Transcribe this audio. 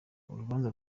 urubanza